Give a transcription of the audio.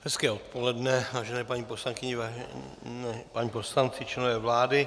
Hezké odpoledne, vážené paní poslankyně, vážení páni poslanci, členové vlády.